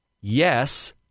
Yes